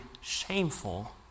shameful